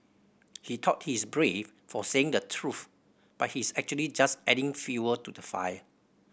he thought he's brave for saying the truth but he's actually just adding fuel to the fire